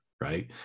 right